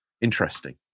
Interesting